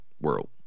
world